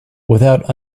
without